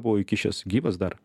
buvau įkišęs gyvas dar